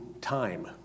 time